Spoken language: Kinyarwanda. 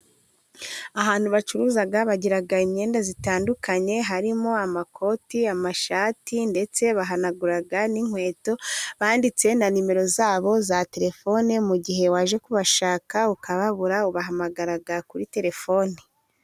Ahantu bacuruza bagira imyenda itandukanye harimo: amakoti, amashati, ndetse bahanagura n'inkweto. Banditse na nimero zabo za terefone mu gihe waje kubashaka ukababura ubahamagaraga kuri terefone.